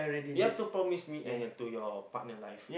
you have to promise me and your to your partner life